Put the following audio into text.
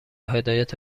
هدایت